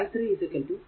i3 i1 0